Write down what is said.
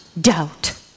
doubt